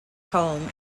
poem